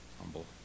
humble